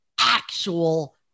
Actual